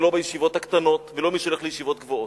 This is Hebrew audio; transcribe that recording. לא בישיבות הקטנות ולא במי שהולך לישיבות גבוהות,